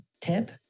tip